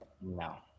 No